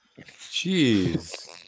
Jeez